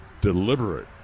Deliberate